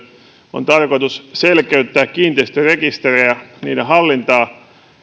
on tarkoitus selkeyttää kiinteistörekistereitä niiden hallintaa